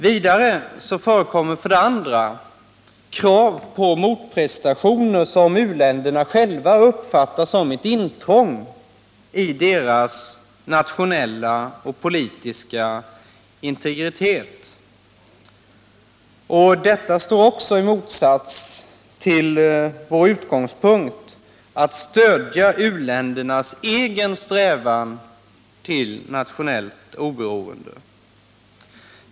För det andra förekommer krav på motprestationer som u-länderna själva uppfattar som intrång i sin nationella och politiska integritet. Också detta står i motsats till vår utgångspunkt att stödja u-ländernas egen strävan till nationellt oberoende.